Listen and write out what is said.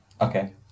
Okay